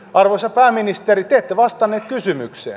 arvoisa pääministeri te ette vastannut kysymykseen